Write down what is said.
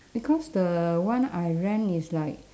because the one I rent is like